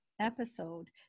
episode